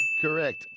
correct